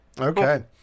Okay